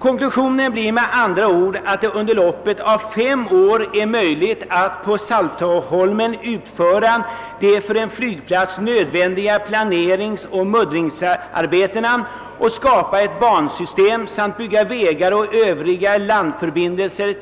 Konklusionen blir med andra ord att det under loppet av fem år är möjligt att på Saltholm utföra de för en flygplats nödvändiga planeringsoch muddringsarbetena och skapa ett bansystem samt bygga vägar och övriga landförbindelser